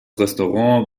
restaurant